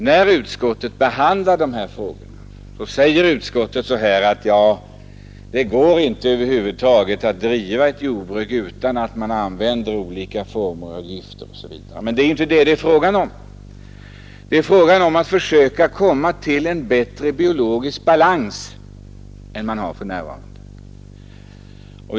När utskottet behandlar dessa frågor, säger man att det över huvud taget inte går att driva ett jordbruk utan att använda olika former av gifter osv. Men det är inte detta det är fråga om. Det är frågan om att försöka komma fram till en bättre biologisk balans än den man för närvarande har.